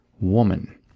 woman